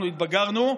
אנחנו התבגרנו,